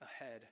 ahead